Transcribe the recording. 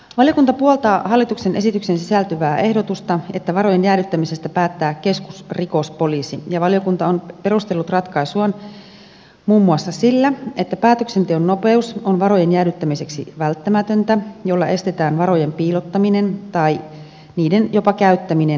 valiokunta puoltaa hallituksen esitykseen sisältyvää ehdotusta että varojen jäädyttämisestä päättää keskusrikospoliisi ja valiokunta on perustellut ratkaisuaan muun muassa sillä että päätöksenteon nopeus on varojen jäädyttämiseksi välttämätöntä ja sillä estetään varojen piilottaminen tai jopa niiden käyttäminen terrorismitarkoituksiin